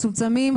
מצומצמים,